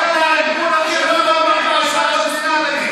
ההבדל בין המדינות שבהן יש זכויות על הנייר לבין